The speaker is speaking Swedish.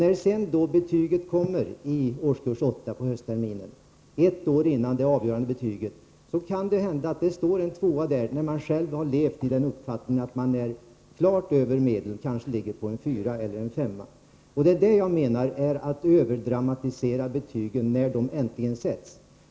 När sedan betyget kommer på höstterminen i årskurs 8, ett år innan det avgörande betyget sätts, kan det hända att där står en tvåa när man har levt i den uppfattningen att man står klart över medel och kanske ligger på en fyra eller en femma. Det är detta jag menar med att man överdramatiserar betygen när de äntligen sätts.